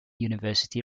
university